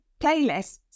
playlists